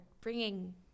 bringing